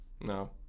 No